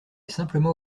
simplement